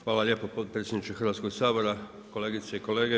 Hvala lijepa potpredsjedniče Hrvatskog sabora, kolegice i kolege.